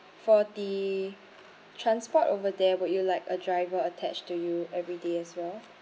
for the transport over there would you like a driver attached to you every day as well